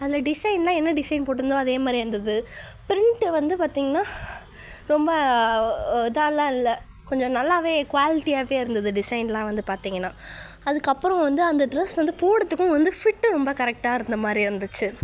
அதில் டிசைனெலாம் என்ன டிசைன் போட்டிருந்ததோ அதே மாதிரியே இருந்தது பிரிண்ட்டு வந்து பார்த்திங்கன்னா ரொம்ப இதாகல்லாம் இல்லை கொஞ்சம் நல்லாவே குவாலிட்டியாகவே இருந்தது டிசைன்லாம் வந்து பார்த்திங்கன்னா அதுக்கப்புறம் வந்து அந்த டிரெஸ் வந்து போடுறதுக்கும் வந்து ஃபிட்டு ரொம்ப கரெக்டாக இருந்த மாதிரி இருந்துச்சு